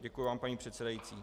Děkuji vám, paní předsedající.